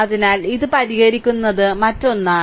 അതിനാൽ ഇത് പരിഹരിക്കുന്ന മറ്റൊന്നാണ്